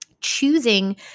choosing